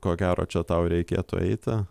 ko gero čia tau reikėtų eiti